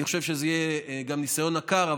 אני גם חושב שזה יהיה ניסיון עקר,